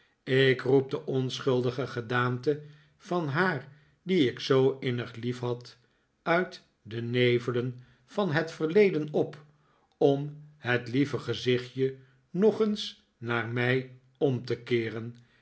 ik roep de onschuldige gedaante van haar die ik zoo innig liefhad uit de nevelen van het verleden op om het lieve gezichtje nog eens naar mij om te keeren